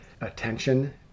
attention